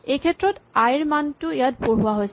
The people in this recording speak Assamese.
এইক্ষেত্ৰত আই ৰ মানটো ইয়াত বহোৱা হৈছে